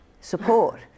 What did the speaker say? support